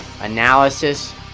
analysis